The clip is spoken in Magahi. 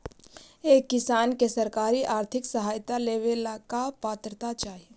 एक किसान के सरकारी आर्थिक सहायता लेवेला का पात्रता चाही?